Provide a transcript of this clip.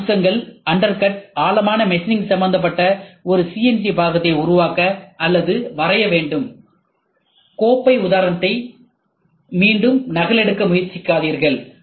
உட்புற அம்சங்கள் அண்டர்கட் ஆழமான மெஷினிங் சம்பந்தப்பட்ட ஒரு சிஎன்சி பாகத்தை உருவாக்க அல்லது வரைய வேண்டும் கோப்பை உதாரணத்தை மிணைடும் நகலெடுக்க முயற்சிக்காதீர்கள்